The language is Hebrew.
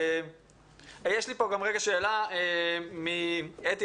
יש לי שאלה מאתי,